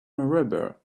rubber